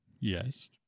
Yes